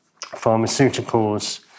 pharmaceuticals